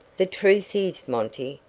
the truth is, monty,